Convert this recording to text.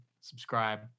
subscribe